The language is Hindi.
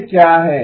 वे क्या हैं